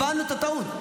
הבנו את הטעות.